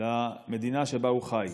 למדינה שבה הוא חי.